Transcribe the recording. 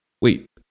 Wait